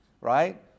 Right